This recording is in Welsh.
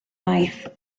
maith